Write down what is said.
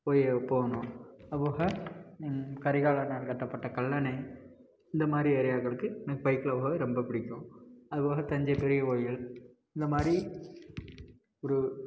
போய் போகணும் அதுபோக கரிகாலனால் கட்டப்பட்ட கல்லணை இந்த மாதிரி ஏரியாக்களுக்கு எனக்கு பைக்கில் போகிறது ரொம்ப பிடிக்கும் அதுபோக தஞ்சை பெரிய கோவில் இந்த மாதிரி ஒரு